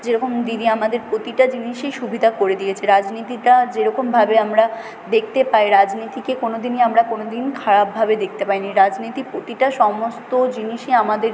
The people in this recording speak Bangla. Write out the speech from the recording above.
যেরকম দিদি আমাদের প্রতিটা জিনিসই সুবিধা করে দিয়েছে রাজনীতিটা যেরকমভাবে আমরা দেখতে পাই রাজনীতিকে কোনো দিনই আমরা কোনো দিন খারাপভাবে দেখতে পাইনি রাজনীতি প্রতিটা সমস্ত জিনিসই আমাদের